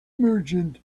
merchant